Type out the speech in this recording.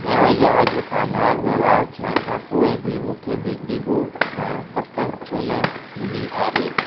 ॾह हज़ार जो कामयाब वहिंवार थियण खां पोइ बि मूंखे बिजली बोर्ड खां पक छो न मिली आहे